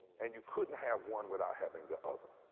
and you couldn't have one without having the other.